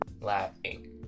laughing